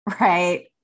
Right